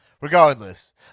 regardless